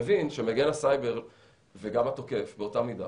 מבין שמגן הסייבר וגם התוקף באותה מידה,